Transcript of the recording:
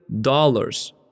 dollars